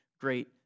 great